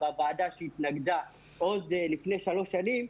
אני הייתי מהמתנגדים בוועדה שדנה עוד לפני שלוש שנים